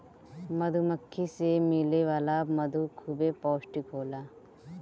मधुमक्खी से मिले वाला मधु खूबे पौष्टिक होला